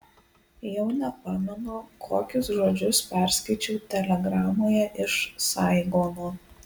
jau nepamenu kokius žodžius perskaičiau telegramoje iš saigono